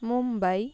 Mumbai